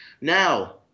now